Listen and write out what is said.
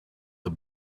the